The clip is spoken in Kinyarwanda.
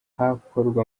hakorwa